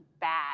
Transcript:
bad